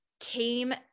Came